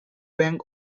bank